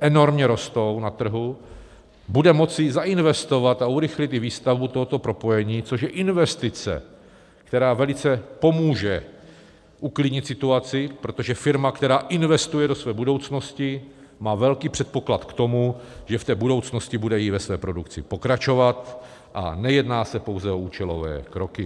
enormně rostou na trhu, bude moci zainvestovat a urychlit i výstavbu tohoto propojení, což je investice, která velice pomůže uklidnit situaci, protože firma, která investuje do své budoucnosti, má velký předpoklad k tomu, že v budoucnosti bude i ve své produkci pokračovat a nejedná se pouze o účelové kroky.